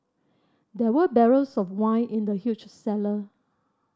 there were barrels of wine in the huge cellar